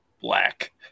black